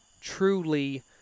truly